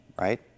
right